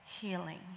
healing